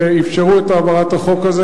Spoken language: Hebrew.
שאפשרו את העברת החוק הזה.